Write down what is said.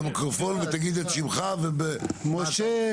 משה,